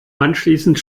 anschließend